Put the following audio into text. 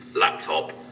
laptop